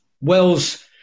Wells